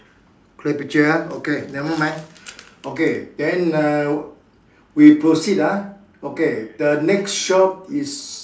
clear picture ah okay never mind okay then uh we proceed ah okay the next shop is